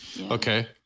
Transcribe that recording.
okay